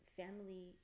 family